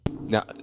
Now